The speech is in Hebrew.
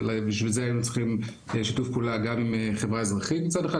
ובשביל זה היינו צריכים שיתוף פעולה גם עם החברה האזרחית מצד אחד,